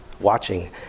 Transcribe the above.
watching